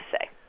say